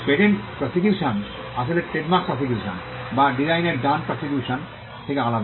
patent prosecution আসলে trademark prosecution বা ডিজাইনের ডান প্রসিকিউশন থেকে আলাদা